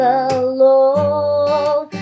alone